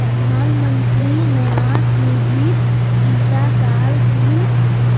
प्रधानमंत्री न्यास निधित इटा साल कुल